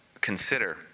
consider